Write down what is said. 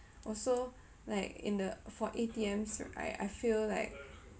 also like in the for A_T_Ms right I feel like